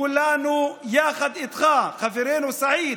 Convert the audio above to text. כולנו יחד איתך, חברנו סעיד,